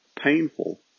painful